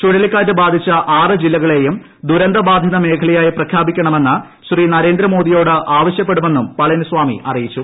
ചുഴലിക്കാറ്റ് ബാധിച്ച ആറ് ജില്ലകളെയും ദു്രന്തബാധിത മേഖലയായി പ്രഖ്യാപിക്കണമെന്ന് ശ്രീ നരേന്ദ്രമോദിയോട് ആവശ്യപ്പെടുമെന്നും പളനിസ്ാമി അറിയിച്ചു